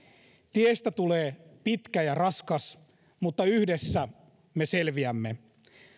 tiestä tulee pitkä ja raskas mutta yhdessä me selviämme